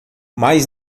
mais